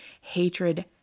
hatred